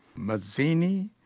mazzini,